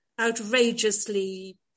outrageously